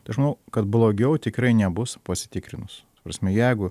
tai žmo kad blogiau tikrai nebus pasitikrinus ta prasme jeigu